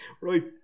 Right